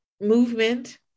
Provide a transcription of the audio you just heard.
movement